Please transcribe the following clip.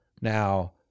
Now